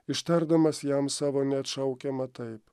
ištardamas jam savo neatšaukiamą taip